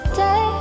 day